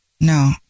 no